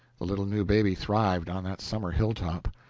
the little new baby thrived on that summer hilltop.